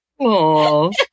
Aww